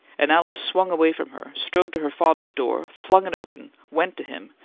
and alice swung away from her, strode to her father's door, flung it open, went to him,